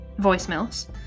voicemails